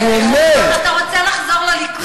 חבר הכנסת חסון, אתה רוצה לחזור לליכוד?